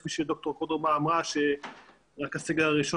כפי שאמרה דוקטור קורדובה רק הסגר הראשון